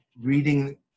reading